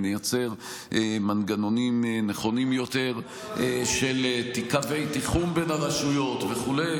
אם נייצר מנגנונים נכונים יותר של קווי תיחום בין הרשויות וכו',